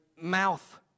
mouth